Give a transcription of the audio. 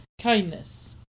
kindness